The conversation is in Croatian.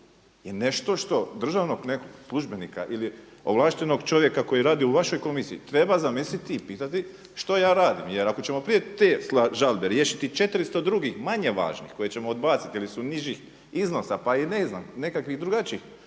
je nešto što državnog nekog službenika ili ovlaštenog čovjeka koji radi u vašoj komisiji treba zamisliti i pitati što ja radim jer ako ćemo prije te žalbe riješiti 400 drugih manje važnih koje ćemo odbaciti jel su nižih iznosa pa i ne znam nekakvih drugačijih